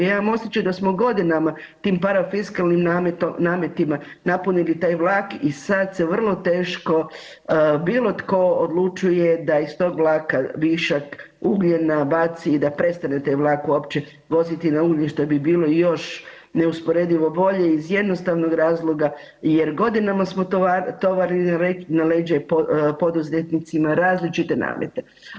Ja imam osjećaj da smo godinama tim parafiskalnim nametima napunili taj vlak i sad se vrlo teško bilo tko odlučuje da ih tog vlaka višak ugljena baci i da prestane taj vlak uopće voziti na ugljen što bi bilo još neusporedivo bolje iz jednostavnog razloga jer godinama smo tovarili na leđa i poduzetnicima različite namete.